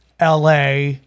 LA